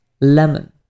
Lemon